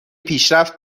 پیشرفت